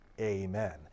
Amen